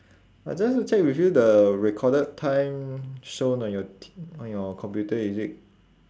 I just want check with you the recorded time shown on your t~ on your computer is it